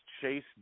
Chase